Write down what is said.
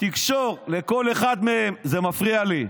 תקשור לכל אחת מהן, זה מפריע לי,